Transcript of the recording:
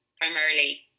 primarily